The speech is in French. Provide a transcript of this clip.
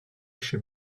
chez